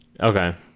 Okay